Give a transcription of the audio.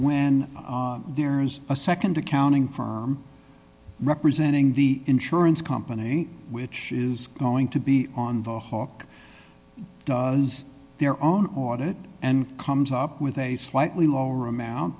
when there's a nd accounting firm representing the insurance company which is going to be on the hawk does their own audit and comes up with a slightly lower amount